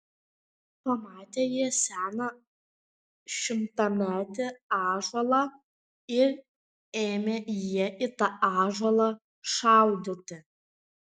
pamatė jie seną šimtametį ąžuolą ir ėmė jie į tą ąžuolą šaudyti